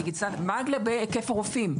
מה לגבי היקף הרופאים?